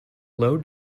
low